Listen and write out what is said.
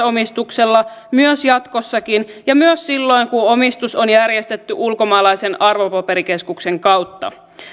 omistuksella myös jatkossakin ja myös silloin kun omistus on järjestetty ulkomaalaisen arvopaperikeskuksen kautta